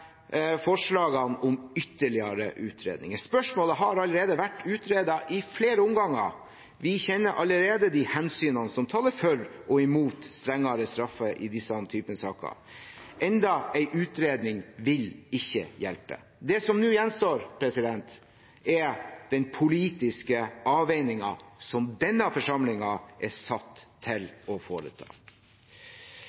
forslagene om ytterligere utredninger. Spørsmålet har allerede vært utredet i flere omganger. Vi kjenner allerede de hensynene som taler for og imot strengere straffer i denne typen saker. Enda en utredning vil ikke hjelpe. Det som nå gjenstår, er den politiske avveiningen som denne forsamlingen er satt til